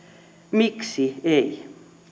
miksi ei